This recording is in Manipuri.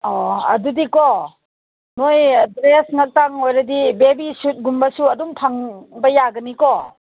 ꯑꯣ ꯑꯗꯨꯗꯤꯀꯣ ꯅꯣꯏ ꯗ꯭ꯔꯦꯁ ꯉꯥꯛꯇꯪ ꯑꯣꯏꯔꯗꯤ ꯕꯦꯕꯤ ꯁꯨꯋꯤꯠ ꯀꯨꯝꯕꯁꯨ ꯑꯗꯨꯝ ꯐꯪꯕ ꯌꯥꯒꯅꯤꯀꯣ